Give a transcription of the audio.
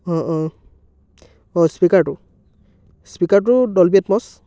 অ' অ' অ' স্পীকাৰটো স্পীকাৰটো ড'ল্বী এটম'ছ